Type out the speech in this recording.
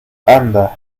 anda